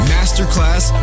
Masterclass